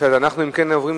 מה שהשר אומר מקובל.